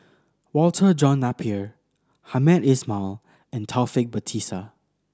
Walter John Napier Hamed Ismail and Taufik Batisah